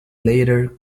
later